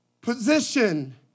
Position